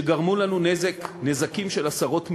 שגרמו לנו נזקים של עשרות מיליארדים.